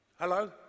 Hello